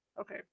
okay